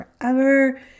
forever